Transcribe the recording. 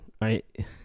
Right